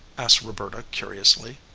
asked roberta curiously.